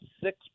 six